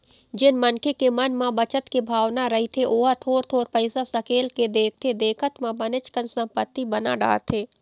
जेन मनखे के मन म बचत के भावना रहिथे ओहा थोर थोर पइसा सकेल के देखथे देखत म बनेच कन संपत्ति बना डारथे